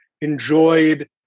enjoyed